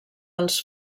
els